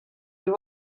you